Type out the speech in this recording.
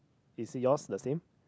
is yours the same